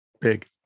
big